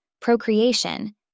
procreation